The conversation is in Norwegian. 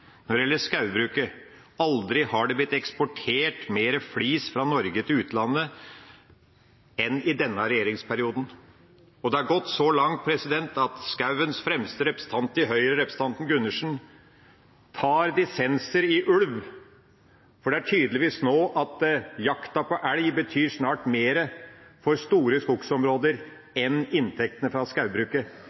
Når det gjelder skogbruket, har det aldri blitt eksportert mer flis fra Norge til utlandet enn i denne regjeringsperioden. Det er gått så langt at skogens fremste representant i Høyre, representanten Gundersen, tar dissenser når det gjelder ulv, for det er tydeligvis slik nå at jakta på elg snart betyr mer for store skogsområder enn inntektene fra